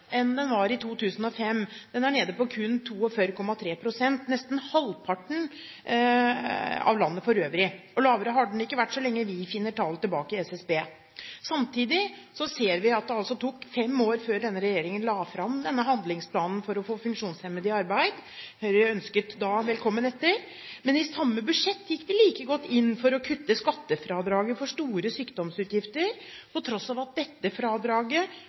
enn den var i 2005 – den er nede på kun 42,3 pst., nesten halvparten av sysselsettingsgraden i landet for øvrig. Lavere har den ikke vært så lenge vi finner tall tilbake i SSB. Samtidig ser vi at det tok fem år før denne regjeringen la fram denne handlingsplanen for å få funksjonshemmede i arbeid – Høyre ønsket da velkommen etter. Men i samme budsjett gikk de like godt inn for å kutte skattefradraget for store sykdomsutgifter, på tross av at dette fradraget